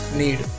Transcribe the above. need